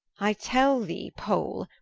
i tell thee poole,